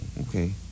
Okay